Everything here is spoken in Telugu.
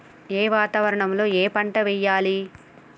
ఏ వాతావరణం లో ఏ పంట వెయ్యాలి?